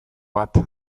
bat